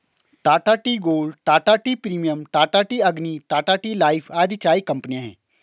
Tata tea gold, Tata tea premium, Tata tea Agni, Tata tea life आदि चाय कंपनियां है